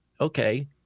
okay